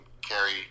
carry